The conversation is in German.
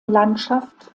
landschaft